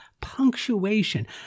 punctuation